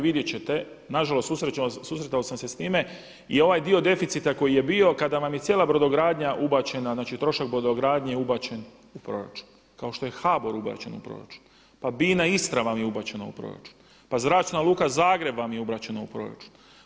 Vidjet ćete, na žalost susretao sam se s time i ovaj dio deficita koji je bio kada vam je cijela brodogradnja ubačena, znači trošak brodogradnje ubačen u proračun kao što je HBOR ubačen u proračun, pa BINA Istra vam je ubačena u proračun, pa Zračna luka Zagreb vam je ubačena u proračun.